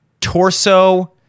torso